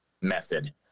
method